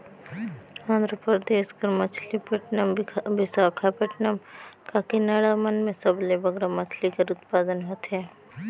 आंध्र परदेस कर मछलीपट्टनम, बिसाखापट्टनम, काकीनाडा मन में सबले बगरा मछरी कर उत्पादन होथे